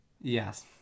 Yes